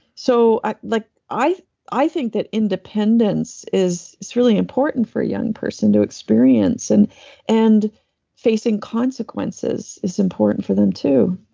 so i like i think that independence is is really important for a young person to experience, and and facing consequences is important for them too.